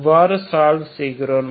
இவ்வாறுதான் சால்வ் செய்கிறோம்